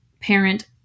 parent